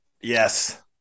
Yes